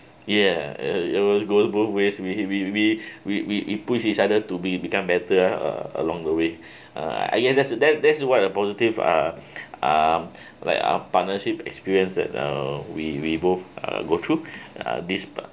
ya it was goes both ways we we we we we push each other to be become better uh along the way uh I guess that's that that's what a positive uh um like our partnership experience that uh we we both uh go through uh this part